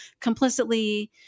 complicitly